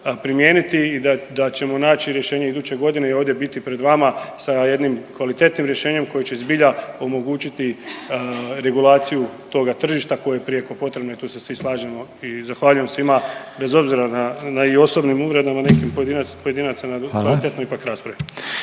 primijeniti i da ćemo naći rješenje iduće godine i ovdje biti pred vama sa jednim kvalitetnim rješenjem koje će zbilja omogućiti regulaciju toga tržišta koje je prijeko potrebno i to se svi slažemo i zahvaljujem svima bez obzira na i osobnim uvredama nekim pojedinaca, na kvalitetnoj ipak raspravi.